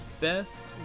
best